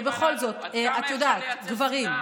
בכל זאת, את יודעת, גברים.